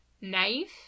knife